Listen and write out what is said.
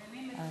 מעוניינים בדיון